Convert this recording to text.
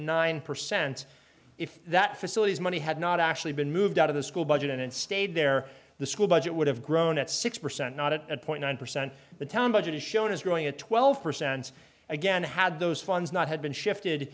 nine percent if that facilities money had not actually been moved out of the school budget and stayed there the school budget would have grown at six percent not at a point nine percent the town budget is shown as growing at twelve percent again had those funds not had been shifted